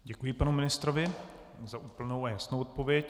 Děkuji panu ministrovi za úplnou a jasnou odpověď.